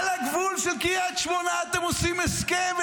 על הגבול של קריית שמונה אתם עושים הסכם,